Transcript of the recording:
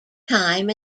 time